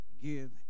give